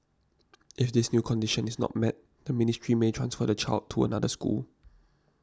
if this new condition is not met the ministry may transfer the child to another school